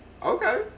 okay